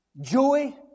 joy